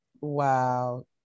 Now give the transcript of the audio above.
wow